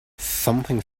something